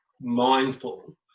mindful